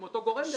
עם אותו גורם.